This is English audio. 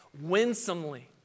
winsomely